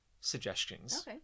suggestions